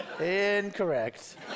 Incorrect